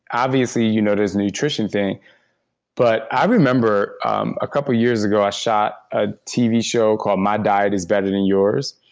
obviously, you know there's a nutrition thing but i remember um a couple years ago i shot a tv show called my diet is better than yours,